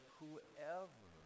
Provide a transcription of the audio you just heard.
whoever